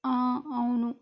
అవును